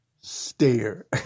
stare